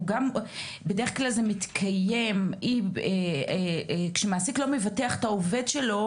בדרך כלל זה מתקיים כשמעסיק לא מבטח את העובד שלו,